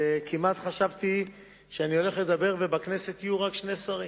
כמעט חשבתי שאני הולך לדבר ובכנסת יהיו רק שני שרים,